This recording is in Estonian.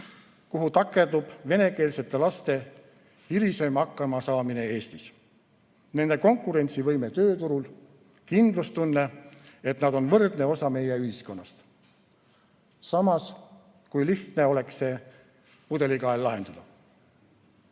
kuhu takerdub venekeelsete laste hilisem hakkamasaamine Eestis, nende konkurentsivõime tööturul, kindlustunne, et nad on võrdne osa meie ühiskonnast. Samas, kui lihtsalt oleks see pudelikael lahendatav.